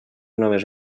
noves